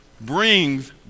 brings